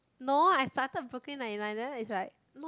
no I started brooklyn-ninety-nine then it's like not